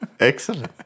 Excellent